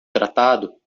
tratado